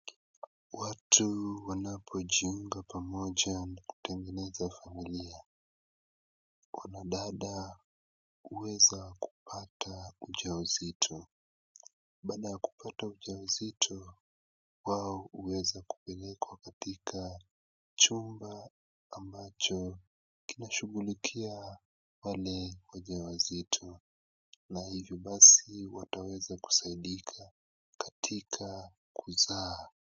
Watu wanapojiunga pamoja na kutengeneza familia. Wanadada huweza kupata ujauzito. Baada ya kupata ujauzito wao huweza kupelekwa katika chumba ambacho kinashughulikia wale wajawazito na hivyo basi wataweza kusaidika katika kuzaa.